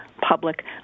public